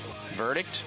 verdict